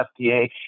FDA